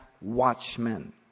watchmen